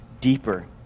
deeper